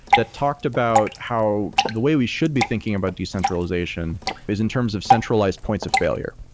that talked about how the way we should be thinking about decentralization is in terms of centralized points of failure.